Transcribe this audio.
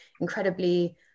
incredibly